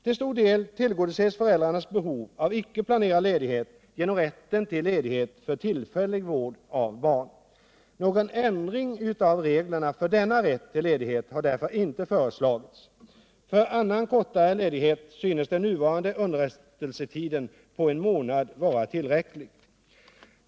Till stor del tillgodoses föräldrars behov av icke planerad ledighet genom rätten till ledighet för tillfällig vård av barn. Någon ändring av reglerna för denna rätt vill ledighet har därför inte föreslagits. För annan kortare ledighet synes den nuvarande underrättelsetiden på en månad vara tillräcklig.